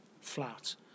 flat